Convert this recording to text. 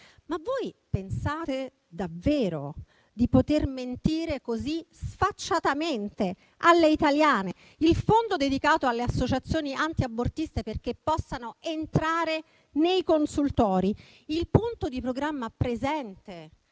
Ma voi pensate davvero di poter mentire così sfacciatamente alle italiane? Penso al fondo dedicato alle associazioni antiabortiste perché possano entrare nei consultori e il punto presente